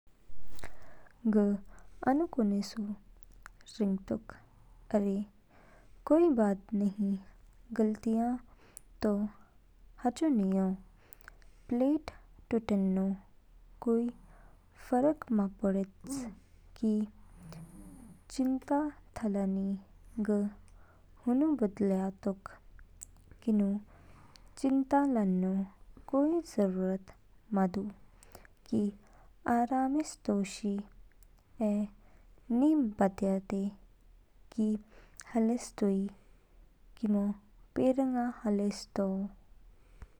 ग आनु कोनेसु रिंगतोक अरे, कोई बात नहीं, गलतियाँ तो हाचो नियो। प्लेट टूटेनो कोई फर्क मा पोडेच। कि चिंता था लानी, ग हुनु बदलयातोक किनु चिन्ता लानो कोई जरूरत मा दू। कि आरामइस तोशि ऐ नि बतयाते। कि हालेस तोई किमो पेरंगा हालेस तो।